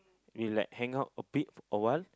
we like hang out a bit a while